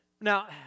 Now